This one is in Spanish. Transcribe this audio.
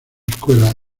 escuela